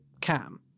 Cam